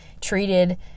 treated